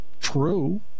true